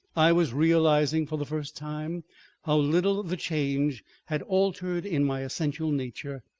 i was realizing for the first time how little the change had altered in my essential nature.